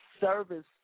service